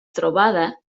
trobada